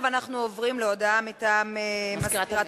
אנחנו עוברים להודעה מטעם מזכירת הכנסת.